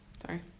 Sorry